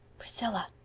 priscilla,